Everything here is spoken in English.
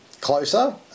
closer